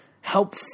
help